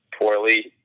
poorly